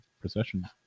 procession